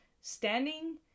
standing